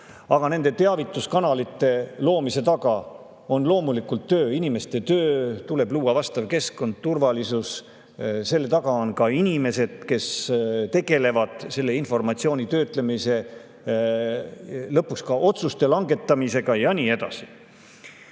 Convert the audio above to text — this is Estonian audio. Aga nende teavituskanalite loomise taga on loomulikult töö: inimeste töö, tuleb luua vastav keskkond, turvalisus. Selle taga on inimesed, kes tegelevad selle informatsiooni töötlemise ja lõpuks ka otsuste langetamisega ja nii edasi. Ma